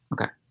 Okay